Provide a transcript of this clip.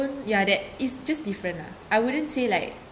tone ya that is just different lah I wouldn't say like